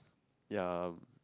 ya